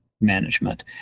management